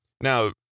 Now